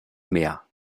mehr